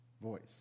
voice